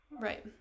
Right